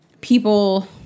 people